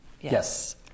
Yes